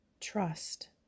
trust